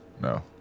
No